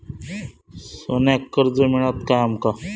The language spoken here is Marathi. सोन्याक कर्ज मिळात काय आमका?